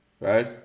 Right